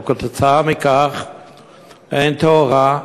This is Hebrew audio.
וכתוצאה מכך אין תאורה,